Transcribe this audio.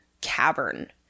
cavern